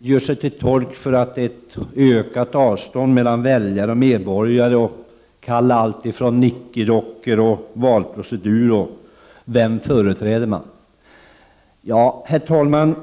påstod att det medför ett ökad avstånd till väljare och medborgare. Han använde ord som nickedockor och valprocedur och frågade vem man företräder. Herr talman!